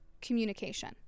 communication